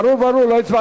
זה לא במקומי.